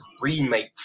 remake